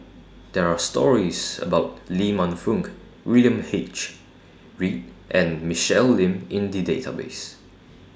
There Are stories about Lee Man Fong William H Read and Michelle Lim in The Database